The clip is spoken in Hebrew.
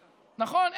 נכון?